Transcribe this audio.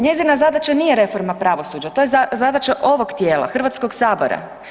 Njezina zadaća nije reforma pravosuđa, to je zadaća ovog tijela, Hrvatskog sabora.